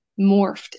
morphed